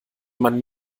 man